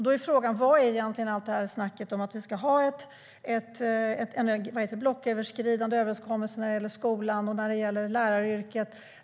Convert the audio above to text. Då är frågan: Vad är egentligen allt det här snacket om att vi ska ha en blocköverskridande överenskommelse när det gäller skolan och när det gäller läraryrket värt?